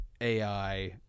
AI